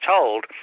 told